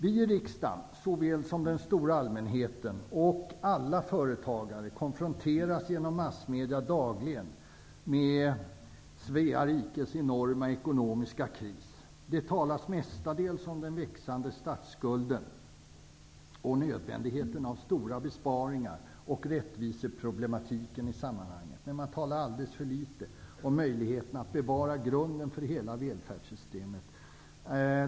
Såväl vi i riksdagen som den stora allmänheten och alla företagare konfronteras genom massmedierna dagligen med Svea rikes enorma ekonomiska kris. Det talas mestadels om den växande statsskulden, om nödvändigheten av stora besparingar och om rättviseproblematiken i sammanhanget. Men man talar alldeles för litet om möjligheterna att bevara grunden för hela välfärdssystemet.